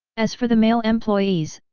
as for the male employees,